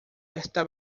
esta